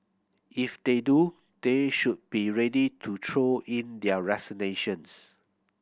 if they do they should be ready to throw in their resignations